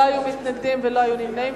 לא היו מתנגדים ולא היו נמנעים.